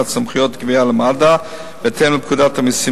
סמכויות גבייה למד"א בהתאם לפקודת המסים